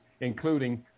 including